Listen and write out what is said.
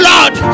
Lord